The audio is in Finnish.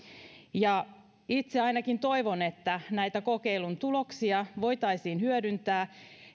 itse ainakin toivon että näitä kokeilun tuloksia voitaisiin hyödyntää